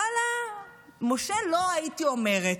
ואללה, מושל לא הייתי אומרת,